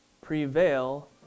prevail